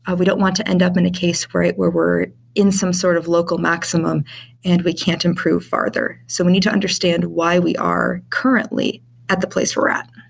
ah we don't want to end up in a case where we're we're in some sort of local maximum and we can't improve farther. so we need to understand why we are currently at the place we're at.